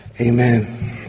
amen